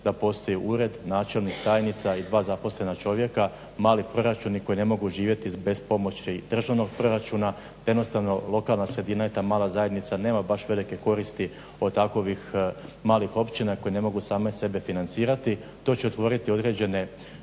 da postoji ured, načelnik, tajnica i 2 zaposlena čovjeka, mali proračuni koji ne mogu živjeti bez pomoći državnog proračuna te jednostavno lokalna sredina je ta mala zajednica, nema baš velike koristit od takovih malih općina koje ne mogu same sebe financirati. To će otvoriti određene